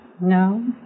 No